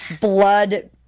blood